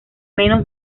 menos